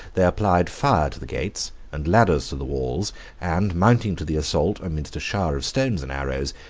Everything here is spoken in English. they applied fire to the gates, and ladders to the walls and mounting to the assault amidst a shower of stones and arrows,